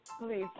please